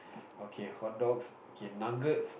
okay hot dogs okay nuggets